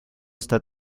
esta